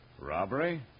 Robbery